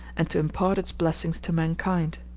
and to impart its blessings to mankind.